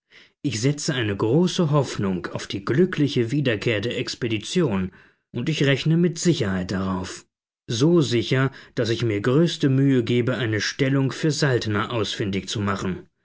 ich setze eine große hoffnung auf die glückliche wiederkehr der expedition und ich rechne mit sicherheit darauf so sicher daß ich mir größte mühe gebe eine stellung für saltner ausfindig zu machen